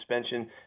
suspension